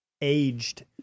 aged